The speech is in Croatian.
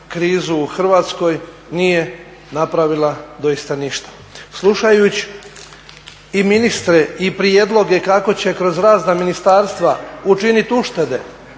krizu u Hrvatskoj nije napravila doista ništa. Slušajući i ministre i prijedloge kako će kroz razna ministarstva učiniti uštede,